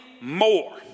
more